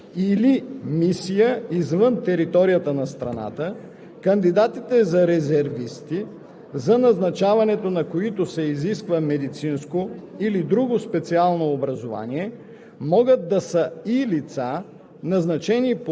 Когато договорът за служба в доброволния резерв се сключва само за периода на подготовката и участието в операция или мисия извън територията на страната, кандидатите за резервисти,